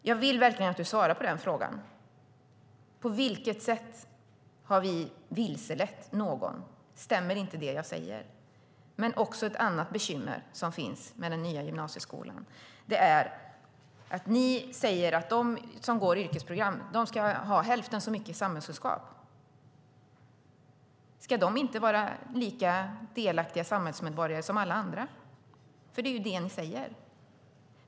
Jag vill verkligen att du svarar på den frågan, Michael Svensson: På vilket sätt har vi vilselett någon? Stämmer inte det jag säger? Det finns också ett annat bekymmer med den nya gymnasieskolan. Ni säger att de som går yrkesprogram ska ha hälften så mycket samhällskunskap. Ska de inte vara lika delaktiga samhällsmedborgare som alla andra? Det är ju det ni säger.